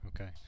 okay